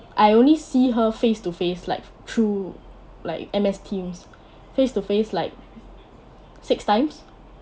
I only see her face to face like through like M_S teams face to face like six times